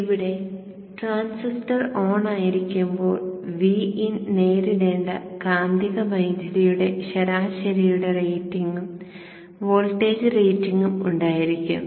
ഇവിടെ ട്രാൻസിസ്റ്റർ ഓണായിരിക്കുമ്പോൾ Vin നേരിടേണ്ട കാന്തിക വൈദുതിയുടെ ശരാശരിയുടെ റേറ്റിംഗും വോൾട്ടേജ് റേറ്റിംഗും ഉണ്ടായിരിക്കും